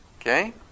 Okay